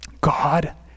God